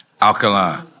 Alkaline